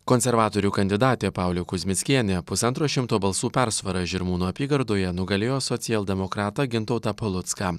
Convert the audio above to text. konservatorių kandidatė paulė kuzmickienė pusantro šimto balsų persvara žirmūnų apygardoje nugalėjo socialdemokratą gintautą palucką